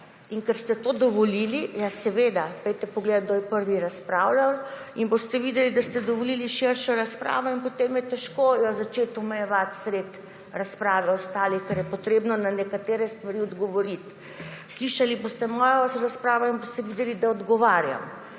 In ker ste to dovolili – ja, seveda, pojdite pogledat, kdo je prvi razpravljal, in boste videli, da ste dovolili širšo razpravo, ki jo je potem težko omejevati sredi razprave, ker je treba na nekatere stvari odgovoriti. Slišali boste mojo razpravo in boste videli, da odgovarjam.